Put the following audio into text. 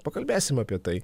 pakalbėsim apie tai